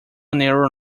neural